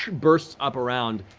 bursts up around,